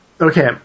Okay